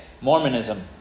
Mormonism